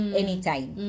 anytime